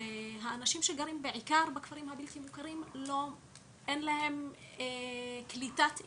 והאנשים שגרים בעיקר הכפרים הבלתי מוכרים אין להם קליטת אינטרנט.